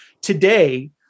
Today